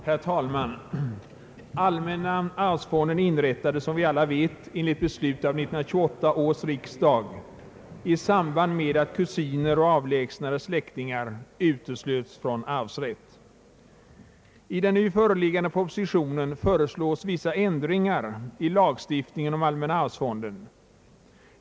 Herr talman! Allmänna arvsfonden inrättades, som vi alla vet, enligt beslut av 1928 års riksdag i samband med att kusiner och avlägsnare släktingar uteslöts från arvsrätt. I den nu föreliggande propositionen föreslås vissa ändringar i lagstiftningen om allmänna arvsfonden.